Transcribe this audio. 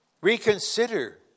Reconsider